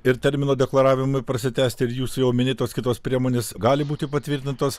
ir termino deklaravimui prasitęsti ir jūsų jau minėtos kitos priemonės gali būti patvirtintos